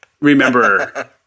remember